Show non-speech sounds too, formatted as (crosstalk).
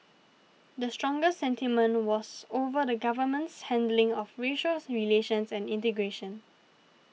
the strongest sentiment was over the Government's handling of racial (unintelligible) relations and integration